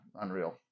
unreal